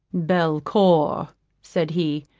belcour, said he,